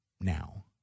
now